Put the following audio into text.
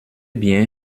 bien